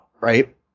right